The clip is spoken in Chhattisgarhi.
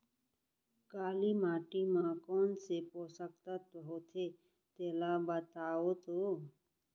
काली माटी म कोन से पोसक तत्व होथे तेला बताओ तो?